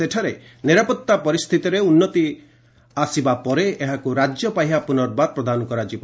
ସେଠାରେ ନିରାପତ୍ତା ପରିସ୍ଥିତିରେ ଉନ୍ନତି ଆସିବା ପରେ ଏହାକୁ ରାଜ୍ୟ ପାହ୍ୟା ପୁନର୍ବାର ପ୍ରଦାନ କରାଯିବ